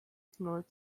ignored